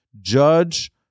Judge